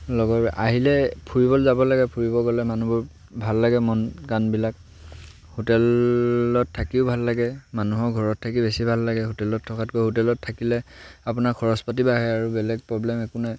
লগৰ আহিলে ফুৰিব যাব লাগে ফুৰিব গ'লে মানুহবোৰ ভাল লাগে মন কানবিলাক হোটেলত থাকিও ভাল লাগে মানুহৰ ঘৰত থাকি বেছি ভাল লাগে হোটেলত থকাতকৈ হোটেলত থাকিলে আপোনাৰ খৰচ পাতি বাঢ়ে আৰু বেলেগ প্ৰব্লেম একো নাই